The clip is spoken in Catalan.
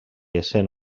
essent